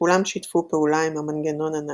שכולם שיתפו פעולה עם המנגנון הנאצי.